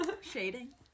shading